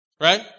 right